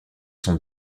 son